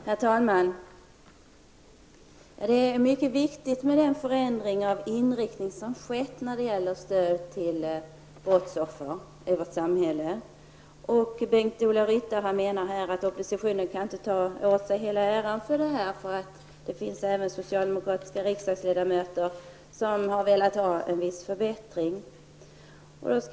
Herr talman! Det är mycket viktigt med förändringen av inriktningen av stödet till brottsoffer i vårt samhälle. Bengt-Ola Ryttar anser att oppositionen inte kan ta åt sig hela äran av detta, då det även finns socialdemokratiska riksdagsledamöter som har velat få till stånd en viss förbättring.